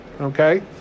okay